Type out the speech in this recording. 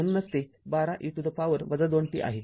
म्हणूनच ते १२ e to the power २t आहे